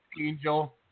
Angel